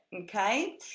okay